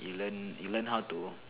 you learn you learn how to